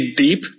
deep